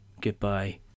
goodbye